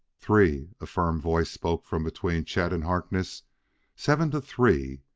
three a firm voice spoke from between chet and harkness seven to three!